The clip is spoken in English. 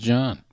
John